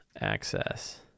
access